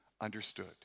understood